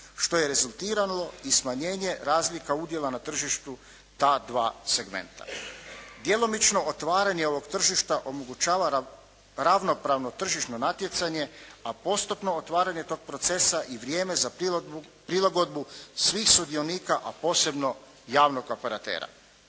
što je rezultiralo i smanjenje razlika udjela na tržištu ta dva segmenta. Djelomično otvaranje ovog tržišta omogućava ravnopravno tržišno natjecanje, a postotno otvaranje tog procesa i vrijeme za prilagodbu svih sudionika, a posebno javnog operatera.